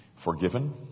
forgiven